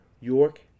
York